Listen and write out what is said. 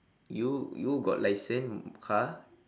you you got license car